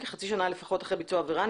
כחצי שנה לפחות מביצוע העבירה,